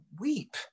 weep